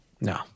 No